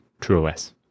TrueOS